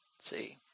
See